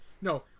No